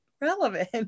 relevant